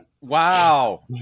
Wow